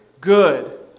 good